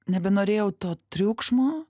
nebenorėjau to triukšmo